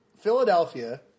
Philadelphia